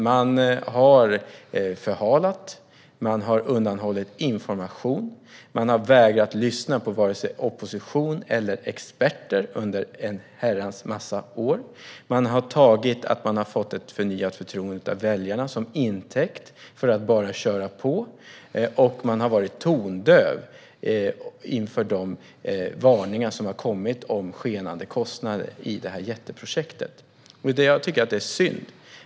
Man har förhalat. Man har undanhållit information. Man har under en herrans massa år vägrat lyssna på opposition och experter. Att man har fått ett förnyat förtroende av väljarna har man tagit till intäkt för att bara köra på. Man har varit tondöv inför de varningar som har kommit om skenande kostnader i detta jätteprojekt. Jag tycker att det är synd.